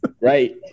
Right